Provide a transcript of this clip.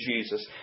Jesus